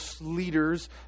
leaders